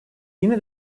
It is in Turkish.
yine